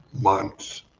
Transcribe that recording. months